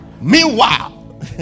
meanwhile